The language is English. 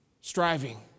striving